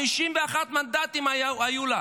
51 מנדטים היו לה.